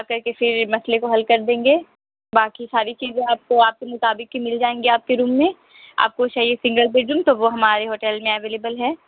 آ کر کے پھر مسئلے کو حل کر دیں گے باقی ساری چیزیں آپ کو آپ کے مطابق کے مل جائیں گی آپ کے روم میں آپ کو چاہیے سنگل بیڈ روم تو وہ ہمارے ہوٹل میں اویلیبل ہے